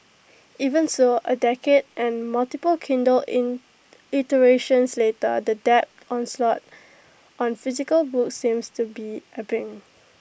even so A decade and multiple Kindle in iterations later the tech onslaught on physical books seems to be ebbing